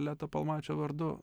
leto palmačio vardu